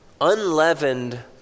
unleavened